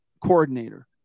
coordinator